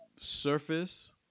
surface